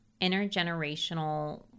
intergenerational